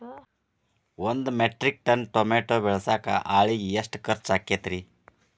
ಒಂದು metric ton tomato ಬೆಳಸಾಕ್ ಆಳಿಗೆ ಎಷ್ಟು ಖರ್ಚ್ ಆಕ್ಕೇತ್ರಿ?